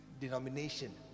denomination